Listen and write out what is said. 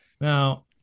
Now